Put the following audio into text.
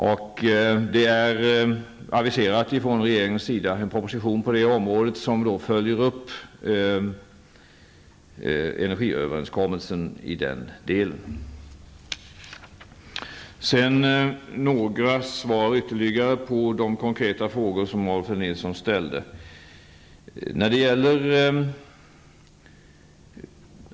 Regeringen har på det området aviserat en proposition som följer upp energiöverenskommelsen i den delen. Sedan ytterligare några svar på de konkreta frågor som Rolf L Nilson ställde.